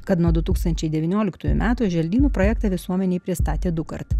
kad nuodu tūkstančiai devynioliktųjų metų želdynų projektą visuomenei pristatė dukart